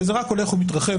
וזה רק הולך ומתרחב,